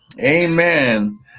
Amen